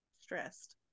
Stressed